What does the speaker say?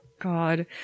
god